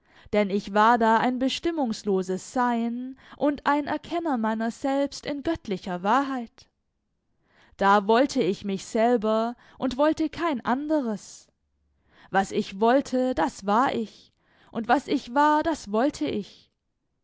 denn ich war da ein bestimmungsloses sein und ein erkenner meiner selbst in göttlicher wahrheit da wollte ich mich selber und wollte kein anderes was ich wollte das war ich und was ich war das wollte ich